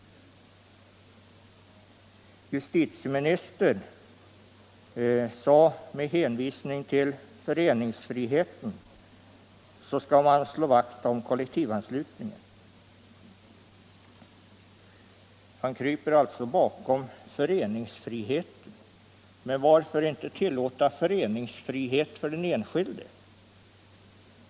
Justitieministern sade att man med hänvisning till föreningsfriheten skall slå vakt om kollektivanslutningen. Han kryper alltså bakom föreningsfriheten. Men varför inte tillåta föreningsfrihet för den enskilde?